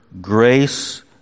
grace